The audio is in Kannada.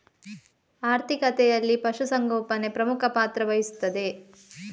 ಆರ್ಥಿಕತೆಯಲ್ಲಿ ಪಶು ಸಂಗೋಪನೆ ಪ್ರಮುಖ ಪಾತ್ರ ವಹಿಸುತ್ತದೆ